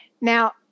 Now